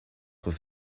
was